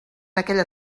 aquella